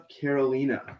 Carolina